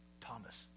Thomas